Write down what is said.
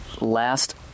last